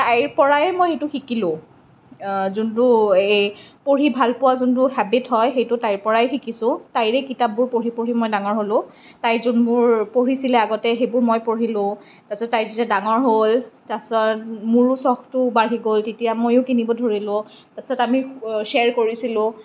তাইৰ পৰাই মই এইটো শিকিলোঁ যিটো এই পঢ়ি ভালপোৱা যিটো হেবিট হয় সেইটো তাইৰ পৰাই শিকিছোঁ তাইৰে কিতাপবোৰ পঢ়ি পঢ়ি মই ডাঙৰ হ'লোঁ তাইৰ যিবোৰ পঢ়িছিল আগতে সেইবোৰ মই পঢ়িলোঁ তাৰপাছত তাই যেতিয়া ডাঙৰ হ'ল তাৰ পিছত মোৰো চখটো বাঢ়ি গ'ল তেতিয়া মইও কিনিব ধৰিলোঁ তাৰপিছত আমি চেয়াৰ কৰিছিলোঁ